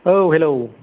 औ हेल'